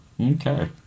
okay